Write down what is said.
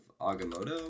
Agamotto